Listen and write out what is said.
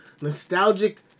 nostalgic